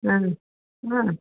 ஆ ஆ